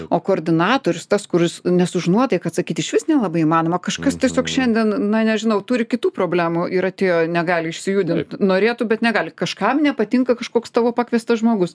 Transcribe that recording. o koordinatorius tas kuris nes už nuotaiką atsakyt išvis nelabai įmanoma kažkas tiesiog šiandien na nežinau turi kitų problemų ir atėjo negali išsijudint norėtų bet negali kažkam nepatinka kažkoks tavo pakviestas žmogus